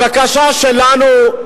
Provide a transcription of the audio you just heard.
הבקשה שלנו,